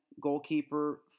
goalkeeper